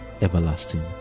everlasting